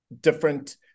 different